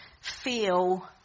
feel